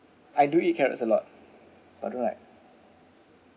I do eat carrots a lot but I don't like